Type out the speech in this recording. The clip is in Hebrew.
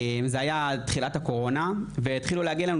זה היה תחילת הקורונה והתחילו להגיע אלינו